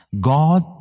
God